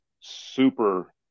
super